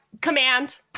Command